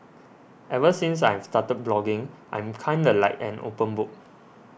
ever since I've started blogging I'm kinda like an open book